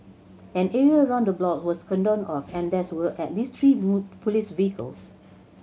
an area around the block was cordoned off and that were at least three police vehicles